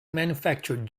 manufactured